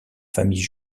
famille